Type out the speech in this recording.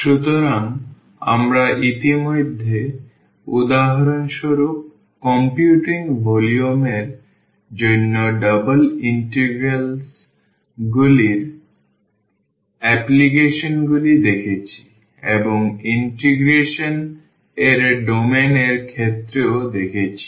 সুতরাং আমরা ইতিমধ্যে উদাহরণস্বরূপ কম্পিউটিং ভলিউম এর জন্য ডাবল ইন্টিগ্রালগুলির অ্যাপ্লিকেশনগুলি দেখেছি এবং ইন্টিগ্রেশন এর ডোমেন এর ক্ষেত্রটিও দেখেছি